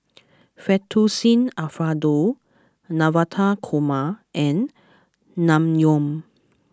Fettuccine Alfredo Navratan Korma and Naengmyeon